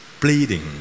bleeding